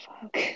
fuck